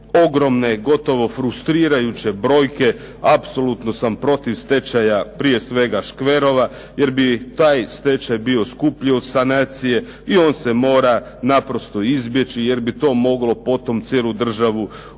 ogromne, gotovo frustrirajuće brojke apsolutno sam protiv stečaja, prije svega škverova jer bi taj stečaj bio skuplji od sanacije i on se mora naprosto izbjeći jer bi to moglo potom cijelu državu odvesti